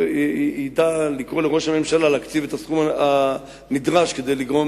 ידע לקרוא לראש הממשלה להקציב את הסכום הנדרש כדי לגרום